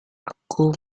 aku